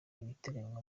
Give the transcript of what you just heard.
ibiteganywa